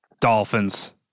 Dolphins